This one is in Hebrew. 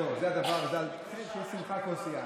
זהו, זה הדבר, שתהיה שמחה על כוס יין.